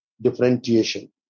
differentiation